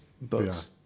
books